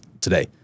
today